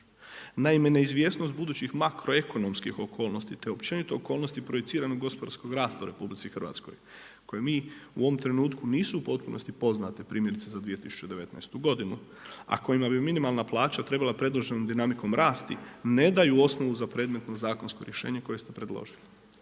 Naime neizvjesnost budućih makroekonomskih okolnosti te općenito okolnosti te općenito okolnosti projiciranog gospodarskog rasta u RH koje mi u ovom trenutku nisu u potpunosti poznate primjerice za 2019. godinu a kojima bi minimalna plaća trebala predloženom dinamikom rasti ne daju osnovu za predmetno zakonsko rješenje koje ste predložili.